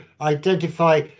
identify